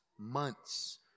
months